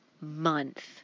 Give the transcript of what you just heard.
month